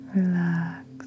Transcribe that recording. relax